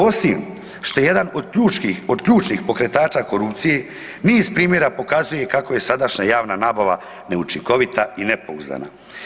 Osim što jedan od ključnih pokretača korupcije niz primjera pokazuje kako je sadašnja javna nabava neučinkovita i nepouzdana.